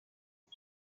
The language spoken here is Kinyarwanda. uko